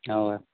اَوا